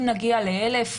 אם נגיע ל-1,000,